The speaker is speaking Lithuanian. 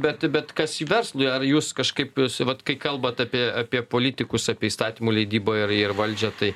bet bet kas verslui ar jūs kažkaip vat kai kalbat apie apie politikus apie įstatymų leidybą ir ir valdžią tai